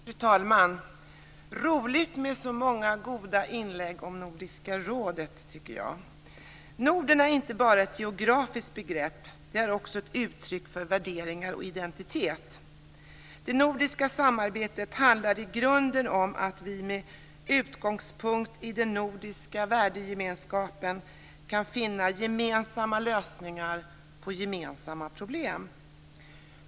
Fru talman! Det är roligt med så många goda inlägg om Nordiska rådet. "Norden är inte bara ett geografiskt begrepp. Det är också ett uttryck för värderingar och identitet. Det nordiska samarbetet handlar i grunden om att vi med utgångspunkt i den nordiska värdegemenskapen kan finna gemensamma lösningar på gemensamma problem.